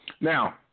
Now